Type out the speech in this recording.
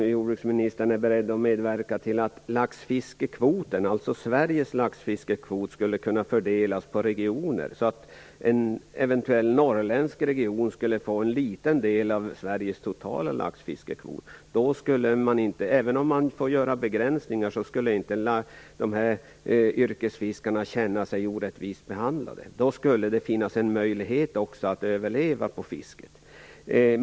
Är jordbruksministern beredd att medverka till att Sveriges laxfiskekvot skulle kunna fördelas på regioner så att en eventuell norrländsk region skulle få en liten del av Sveriges totala laxfiskekvot? Även om man då skulle få göra begränsningar skulle inte yrkesfiskarna känna sig orättvist behandlade. Då skulle det finnas en möjlighet att överleva på fisket.